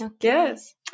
Yes